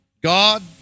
God